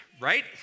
right